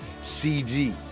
CD